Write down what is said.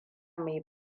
mai